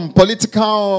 political